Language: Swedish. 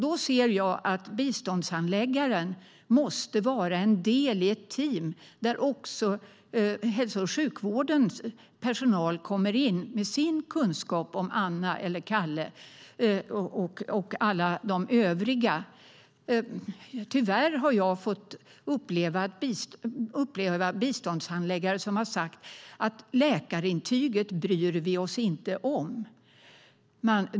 Då anser jag att biståndshandläggaren måste vara en del i ett team där också hälso och sjukvårdens personal kommer in med sin kunskap om Anna, Kalle och alla de övriga. Tyvärr har jag fått uppleva biståndshandläggare som har sagt att läkarintyget bryr vi oss inte om.